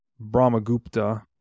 Brahmagupta